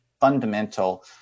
fundamental